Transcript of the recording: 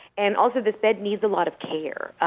and also, this bed needs a lot of care.